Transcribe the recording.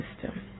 system